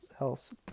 else